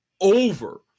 over